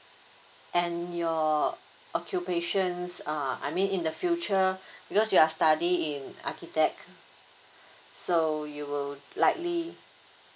and your occupations uh I mean in the future because you are study in architect so you will likely